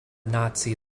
nazi